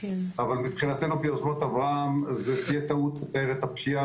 אבל מבחינתנו ביוזמות אברהם זו תהיה טעות לתאר את הפשיעה